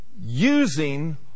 using